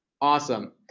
Awesome